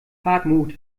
hartmut